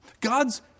God's